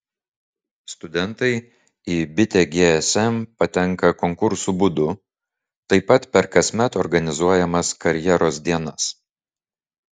studentai į bitę gsm patenka konkursų būdu taip pat per kasmet organizuojamas karjeros dienas